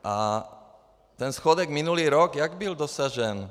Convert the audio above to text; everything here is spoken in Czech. A ten schodek minulý rok jak byl dosažen?